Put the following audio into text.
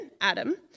Adam